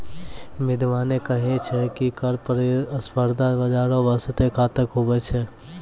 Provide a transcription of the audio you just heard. बिद्यबाने कही छै की कर प्रतिस्पर्धा बाजारो बासते घातक हुवै छै